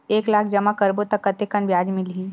एक लाख जमा करबो त कतेकन ब्याज मिलही?